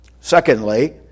Secondly